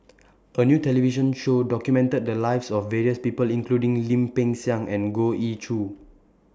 A New television Show documented The Lives of various People including Lim Peng Siang and Goh Ee Choo